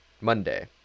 Monday